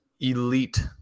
elite